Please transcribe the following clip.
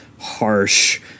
harsh